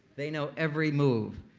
they know every move.